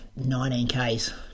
19Ks